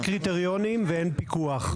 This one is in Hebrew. אין קריטריונים ואין פיקוח,